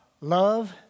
Love